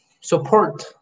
support